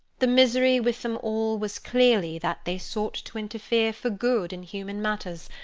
the misery with them all was, clearly, that they sought to interfere, for good, in human matters,